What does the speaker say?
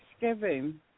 Thanksgiving